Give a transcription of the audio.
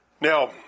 Now